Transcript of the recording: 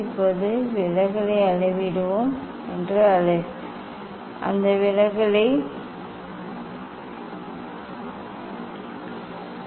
இப்போது விலகலை அளவிடுவோம் என்று அளவிடுவோம் தொலைநோக்கியை வெவ்வேறு நிலையில் வைக்கும் வெவ்வேறு வண்ணங்களுக்கு வெவ்வேறு வண்ணங்களுக்கான விலகலை அளவிடுவோம்